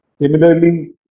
Similarly